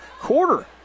quarter